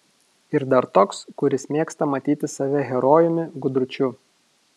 ir dar toks kuris mėgsta matyti save herojumi gudručiu